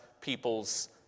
people's